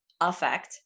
affect